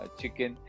chicken